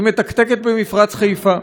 היא מתקתקת במפרץ חיפה.